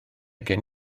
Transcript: gen